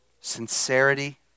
sincerity